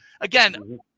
Again